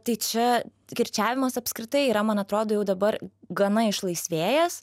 tai čia kirčiavimas apskritai yra man atrodo jau dabar gana išlaisvėjęs